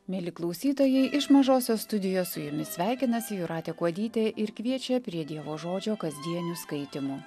mieli klausytojai iš mažosios studijos su jumis sveikinasi jūratė kuodytė ir kviečia prie dievo žodžio kasdienių skaitymų